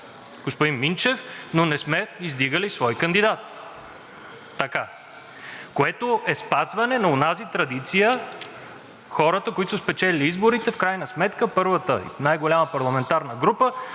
господин Минчев, но не сме издигали свой кандидат, което е спазване на онази традиция – хората, които са спечелили изборите, в крайна сметка първата и най-голяма парламентарна група